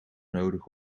nodig